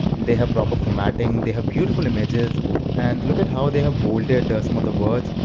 they have proper formatting, they have beautiful images and look at how they have bolded some of the words.